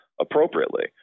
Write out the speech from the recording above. appropriately